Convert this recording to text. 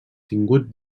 tingut